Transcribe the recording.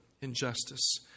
injustice